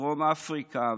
ודרום אפריקה,